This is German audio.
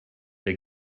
der